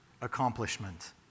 accomplishment